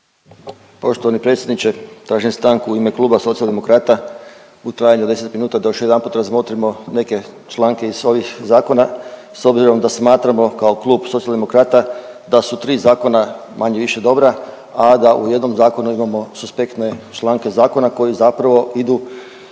Poštovani predsjedniče, tražim stanku u ime kluba Socijaldemokrata u trajanju od 10 minuta da još jedanput razmotrimo neke članke iz ovih zakona s obzirom da smatramo kao klub Socijaldemokrata da su tri zakona manje-više dobra, a da u jednom zakonu imamo suspektne članke zakona koji zapravo idu